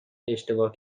اشتباه